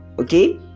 Okay